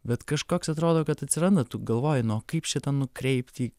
bet kažkoks atrodo kad atsiranda tu galvoji nu o kaip šitą nukreipti į